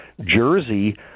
jersey